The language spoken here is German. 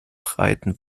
breiten